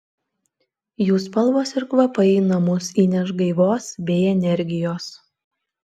jų spalvos ir kvapai į namus įneš gaivos bei energijos